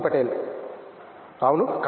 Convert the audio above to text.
భక్తి పటేల్ అవును